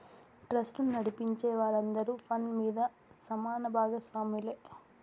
ట్రస్టును నడిపించే వారందరూ ఫండ్ మీద సమాన బాగస్వాములే